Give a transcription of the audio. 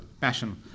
passion